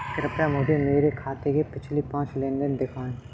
कृपया मुझे मेरे खाते से पिछले पाँच लेन देन दिखाएं